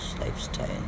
lifestyle